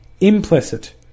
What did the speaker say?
implicit